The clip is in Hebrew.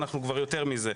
אנחנו כבר יותר מזה.